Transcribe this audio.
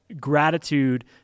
gratitude